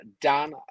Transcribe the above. Dan